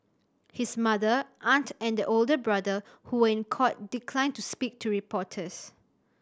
his mother aunt and older brother who were in court declined to speak to reporters